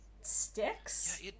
sticks